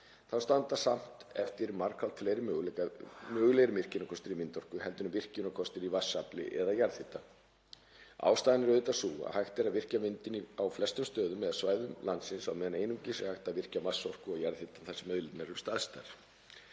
þá standa samt eftir margfalt fleiri mögulegir virkjunarkostir í vindorku heldur en virkjunarkostir í vatnsafli eða jarðhita. Ástæðan er auðvitað sú að hægt er að virkja vindinn á flestum stöðum eða svæðum landsins á meðan einungis er hægt að virkja vatnsorku og jarðhita þar sem auðlindirnar eru staðsettar.